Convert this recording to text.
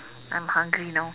I'm hungry now